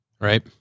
right